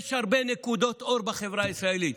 יש הרבה נקודות אור בחברה הישראלית.